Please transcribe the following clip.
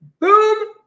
Boom